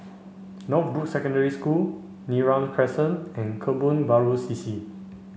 Northbrooks Secondary School Neram Crescent and Kebun Baru C C